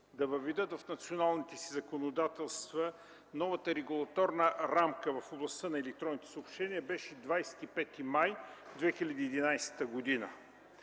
да въведат в националните си законодателства новата регулаторна рамка в областта на електронните съобщения, беше 25 май 2011 г.